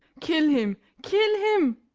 kill him! kill him!